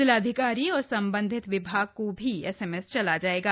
जिलाधिकारी और संबंधित विभाग को भी एस एम एस चला जायेगा